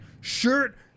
shirt